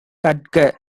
கற்க